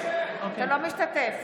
משתתף